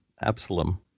Absalom